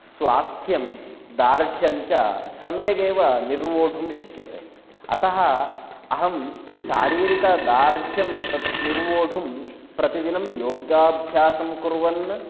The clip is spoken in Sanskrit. स्वास्थ्यं दार्ढ्यञ्च सम्यगेव निर्वोढुं शक्यते अतः अहं शारीरकदार्ढ्यं तत् निर्वोढुं प्रतिदिनं योगाभ्यासं कुर्वन्